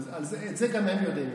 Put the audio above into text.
את זה גם הם יודעים.